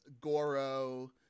Goro